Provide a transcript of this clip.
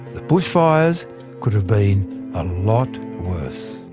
the bushfires could have been a lot worse.